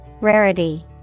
Rarity